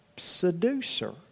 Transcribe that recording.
seducer